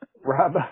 Rob